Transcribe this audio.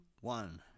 one